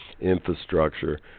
infrastructure